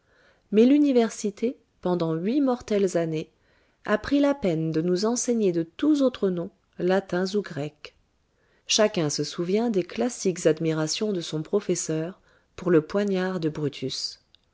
mais l'université pendant huit mortelles années a pris la peine de nous enseigner de tous autres noms latins ou grecs chacun se souvient des classiques admirations de son professeur pour le poignard de brutus